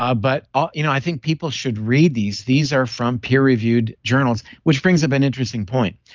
ah but ah you know i think people should read these. these are from peer reviewed journals, which brings up an interesting point.